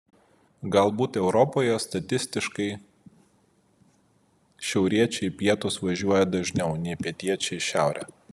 galbūt europoje statistiškai šiauriečiai į pietus važiuoja dažniau nei pietiečiai į šiaurę